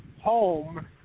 home